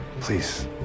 please